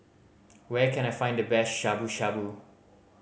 where can I find the best Shabu Shabu